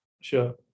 Sure